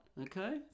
okay